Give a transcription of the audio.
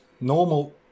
normal